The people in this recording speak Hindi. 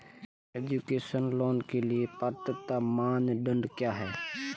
एजुकेशन लोंन के लिए पात्रता मानदंड क्या है?